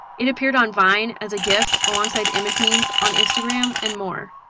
it appeared on vine as a gif alongside image memes on instagram and more.